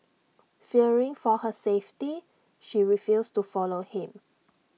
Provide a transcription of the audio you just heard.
fearing for her safety she refused to follow him